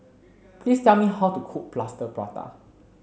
please tell me how to cook plaster prata